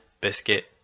biscuit